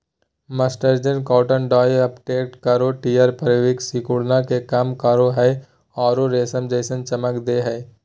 mercerised cotton dye uptake आरो tear fabric सिकुड़न के कम करो हई आरो रेशम जैसन चमक दे हई